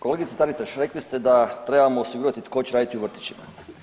Kolegice Taritaš, rekli ste da trebamo osigurati tko će raditi u vrtićima.